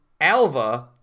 Alva